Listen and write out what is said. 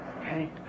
okay